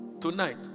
tonight